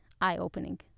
eye-opening